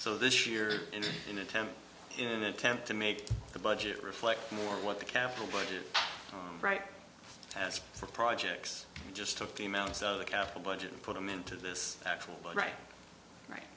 so this year in a tent in an attempt to make the budget reflect more what the capital budget right has for projects just took the amounts of the capital budget and put them into this actual right right